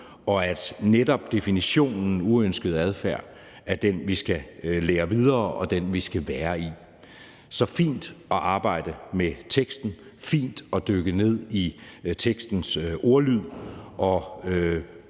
og at netop definitionen uønsket adfærd er den, vi skal give videre, og den, vi skal være i. Det er fint at arbejde med teksten, det er fint at dykke ned i tekstens ordlyd,